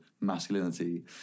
masculinity